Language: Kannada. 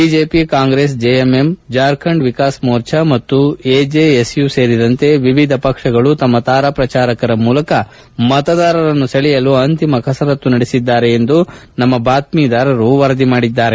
BJP Congress JMM Jharkhand Vikas Morcha ಮತ್ತು ಎಜೆಎಸ್ ಯು ಸೇರಿದಂತೆ ವಿವಿಧ ಪಕ್ಷಗಳು ತಮ್ಮ ತಾರಾ ಪ್ರಚಾರಕರ ಮೂಲಕ ಮತದಾರರನ್ನು ಸೆಳೆಯಲು ಅಂತಿಮ ಕಸರತ್ತು ನಡೆಸಿದ್ದಾರೆ ಎಂದು ನಮ್ಮ ಬಾತ್ತೀದಾರರು ವರದಿ ಮಾಡಿದ್ದಾರೆ